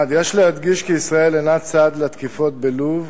1. יש להדגיש כי ישראל אינה צד לתקיפות בלוב,